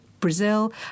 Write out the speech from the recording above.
Brazil